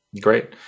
Great